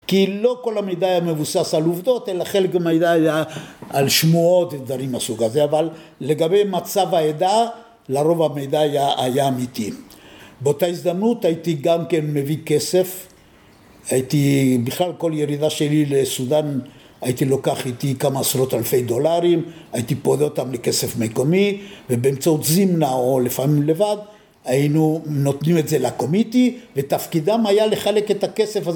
כי לא כל המידע היה מבוסס על עובדות אלא חלק מהמידע היה על שמועות ודברים מסוג הזה אבל לגבי מצב העדה לרוב המידע היה אמיתי באותה הזדמנות הייתי גם כן מביא כסף הייתי בכלל כל ירידה שלי לסודן הייתי לוקח איתי כמה עשרות אלפי דולרים הייתי פורט אותם לכסף מקומי ובאמצעות זימנה או לפעמים לבד היינו נותנים את זה לקומיטי ותפקידם היה לחלק את הכסף הזה